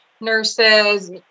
nurses